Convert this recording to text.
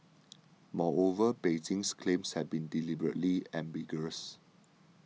moreover Beijing's claims have been deliberately ambiguous